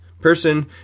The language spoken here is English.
person